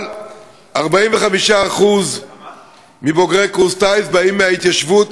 אבל 45% מבוגרי קורס הטיס באים מההתיישבות,